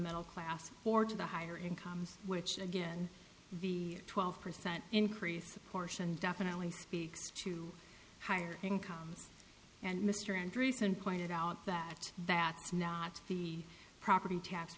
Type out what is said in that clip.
middle class or to the higher incomes which again the twelve percent increase apportioned definitely speaks to higher incomes and mr andreessen pointed out that that's not the property tax